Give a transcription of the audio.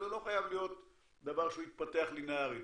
זה לא חייב להיות דבר שמתפתח לינארית,